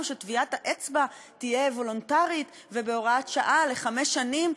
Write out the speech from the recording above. שטביעת האצבע תהיה וולונטרית ובהוראת שעה לחמש שנים,